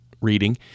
reading